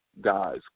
guys